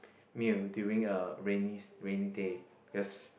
meal during uh rainy rainy day because